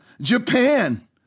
Japan